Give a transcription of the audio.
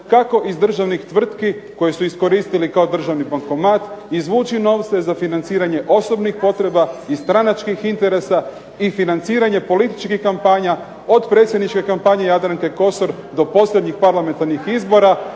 kako iz državnih tvrtki, koji su iskoristili kao državni bankomat, izvući novce za financiranje osobnih potreba i stranačkih interesa, i financiranje političkih kampanja od predsjedničke kampanje Jadranke Kosor, do posljednjih parlamentarnih izbora.